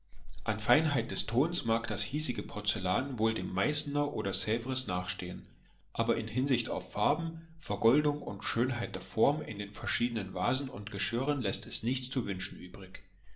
an feinheit des tons mag das hiesige porzellan wohl dem meißner und svres nachstehen aber in hinsicht auf farben vergoldung und schönheit der form in den verschiedenen vasen und geschirren läßt es nichts zu wünschen übrig